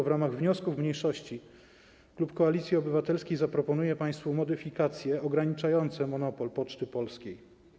W ramach wniosków mniejszości klub Koalicji Obywatelskiej zaproponuje państwu modyfikacje ograniczające monopol Poczty Polskiej.